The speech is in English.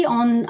on